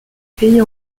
pays